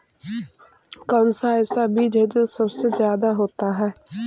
कौन सा ऐसा बीज है जो सबसे ज्यादा होता है?